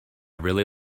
really